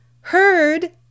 heard